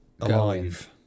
alive